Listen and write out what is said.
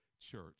Church